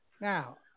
Now-